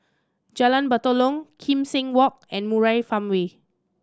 Jalan Batalong Kim Seng Walk and Murai Farmway